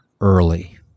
early